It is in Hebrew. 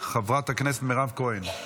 חברת הכנסת מירב כהן,